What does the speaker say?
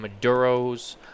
Maduros